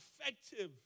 effective